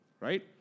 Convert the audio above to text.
Right